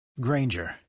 granger